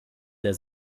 der